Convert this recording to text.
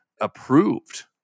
approved